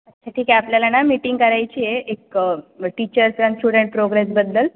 अच्छा ठीक आहे आपल्याला ना मीटिंग करायची आहे एक टीचर्स आणि स्टुडंट प्रोग्रेसबद्दल